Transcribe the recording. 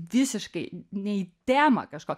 visiškai ne į temą kažko